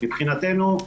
מבחינתנו,